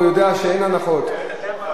זה לא